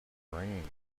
brain